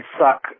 suck